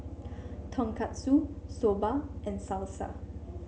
Tonkatsu Soba and Salsa